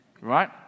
right